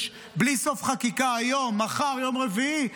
יש בלי סוף חקיקה היום, מחר, יום רביעי.